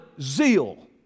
zeal